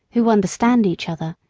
who understand each other,